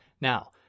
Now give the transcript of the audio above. Now